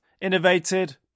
Innovated